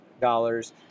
dollars